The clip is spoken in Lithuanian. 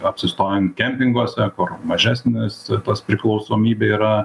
apsistojant kempinguose kur mažesnis tas priklausomybė yra